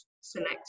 select